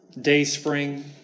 Dayspring